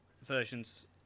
Versions